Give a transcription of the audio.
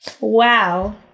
Wow